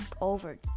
over